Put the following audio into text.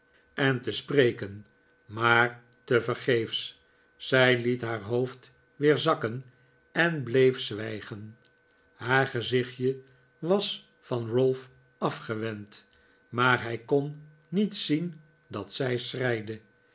en te spreken maar tevergeefs zij liet haar hoofd weer zakken en bleef zwijgen haar gezichtje was van ralph afgewend maar hij kon niet zien dat zij